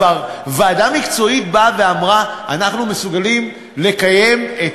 כבר ועדה מקצועית באה ואמרה: אנחנו מסוגלים לקיים את